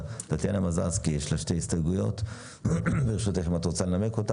טטיאנה מזרסקי, את רוצה לנמק?